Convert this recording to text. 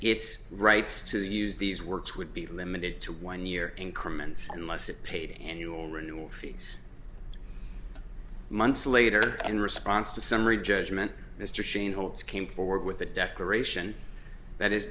its rights to use these works would be limited to one year increments unless it paid annual renewal fees months later in response to summary judgment mr sheen holds came forward with a declaration that is